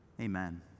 amen